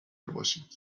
باشید